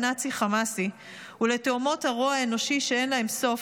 הנאצי-חמאסי ולתהומות הרוע האנושי שאין להן סוף,